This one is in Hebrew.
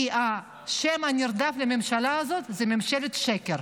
כי השם הנרדף לממשלה הזאת הוא "ממשלת שקר".